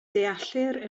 deallir